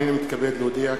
הנני מתכבד להודיע,